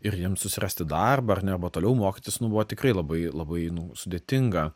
ir jiems susirasti darbą ar ne va toliau mokytis nu buvo tikrai labai labai nu sudėtinga